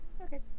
Okay